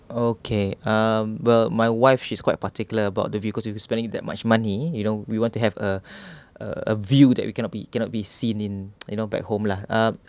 okay um well my wife she's quite particular about the view because we'll be spending that much money you know we want to have a a a view that we cannot be cannot be seen in you know back home lah uh